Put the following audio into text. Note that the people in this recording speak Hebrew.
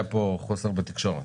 היה פה חוסר בתקשורת.